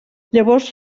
llavors